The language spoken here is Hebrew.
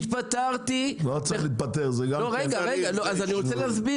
התפטרתי ואחר כך הגשתי